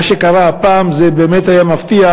מה שקרה הפעם באמת היה מפתיע,